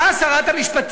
באה שרת המשפטים,